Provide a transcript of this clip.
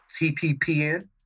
TPPN